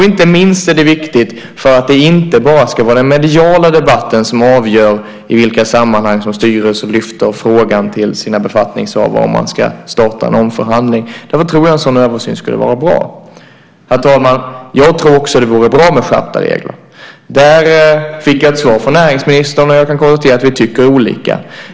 Inte minst är det viktigt för att det inte bara ska vara debatten i medierna som avgör i vilka sammanhang som styrelser lyfter frågan till sina befattningshavare om man ska starta en omförhandling. Därför tror jag att en sådan översyn skulle vara bra. Herr talman! Jag tror också att det vore bra med skärpta regler. Där fick jag ett svar från näringsministern, och jag kan konstatera att vi tycker olika.